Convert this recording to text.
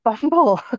Bumble